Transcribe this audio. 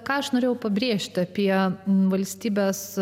ką aš norėjau pabrėžti apie valstybės